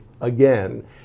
again